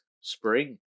spring